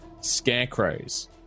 scarecrows